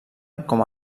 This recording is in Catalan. com